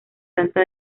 santa